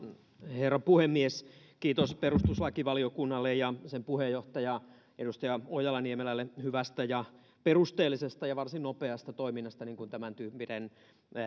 herra puhemies kiitos perustuslakivaliokunnalle ja sen puheenjohtaja edustaja ojala niemelälle hyvästä ja perusteellisesta ja varsin nopeasta toiminnasta niin kuin tämäntyyppinen